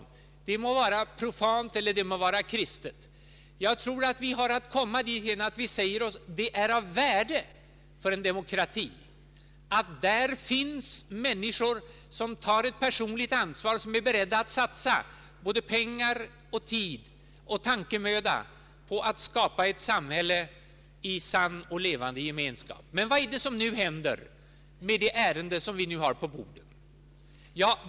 Tolkningssättet må vara profant eller kristet, men jag tror att vi måste komma dithän att vi säger oss: det är av värde för en demokrati att där finns människor som tar ett personligt ansvar och som är beredda att satsa pengar, tid och tankemöda på att skapa ett samhälle i sann och levande gemenskap. Men vad händer i och med behandlingen av de ärenden vi nu har på våra bord?